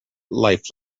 life